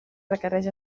requerix